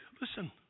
listen